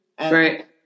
right